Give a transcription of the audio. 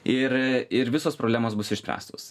ir ir visos problemos bus išspręstos